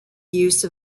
use